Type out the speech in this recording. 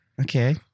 Okay